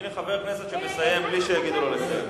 הנה חבר כנסת שמסיים בלי שיגידו לו לסיים.